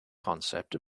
concept